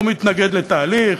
הוא מתנגד לתהליך.